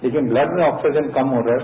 लेकिन ब्लड में ऑक्सीजन कम हो रहा है